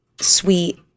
sweet